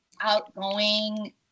outgoing